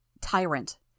Tyrant